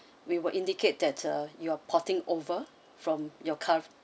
we will indicate that uh you're porting over from your cur~